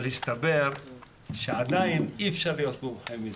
אבל הסתבר שעדיין אי אפשר להיות מומחה בזה,